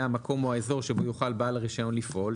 המקום או האזור שבו יוכל בעל הרישיון לפעול,